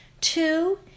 Two